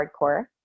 hardcore